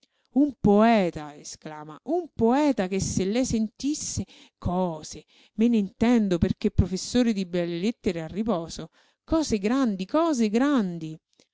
un poeta esclama un poeta che se lei sentisse cose me ne intendo perché professore di belle lettere a riposo cose grandi cose grandi